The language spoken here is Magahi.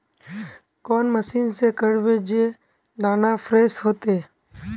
कौन मशीन से करबे जे दाना फ्रेस होते?